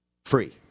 Free